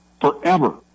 forever